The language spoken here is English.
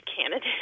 candidate